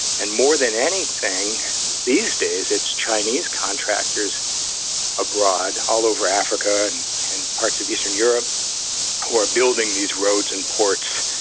and more than anything these days, it's chinese contractors abroad, all over africa and and parts of eastern europe who are building these roads and ports,